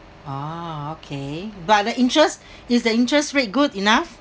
ah okay but the interest is the interest rate good enough